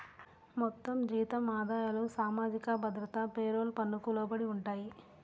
మొత్తం జీతం ఆదాయాలు సామాజిక భద్రత పేరోల్ పన్నుకు లోబడి ఉంటాయి